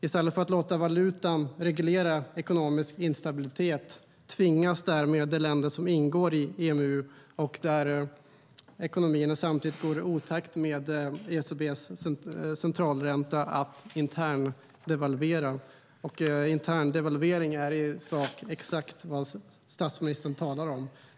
I stället för att låta valutan reglera ekonomisk instabilitet tvingas därmed de länder som ingår i EMU och där ekonomierna går i otakt med ECB:s centralränta att interndevalvera, och interndevalvering är i sak exakt vad statsministern talar om.